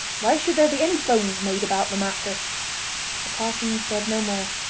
why should there be any bones made about the matter the parson said no more,